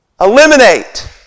Eliminate